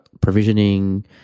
provisioning